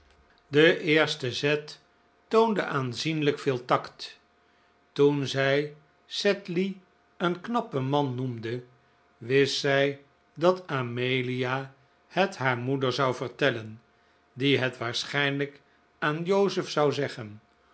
de eerste zet toonde aanzienlijk veel takt toen zij sedley een knappen man noemde wist zij dat amelia het haar moeder zou vertellen die het waarschijnlijk aan joseph zou zeggen